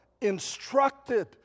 instructed